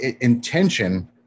intention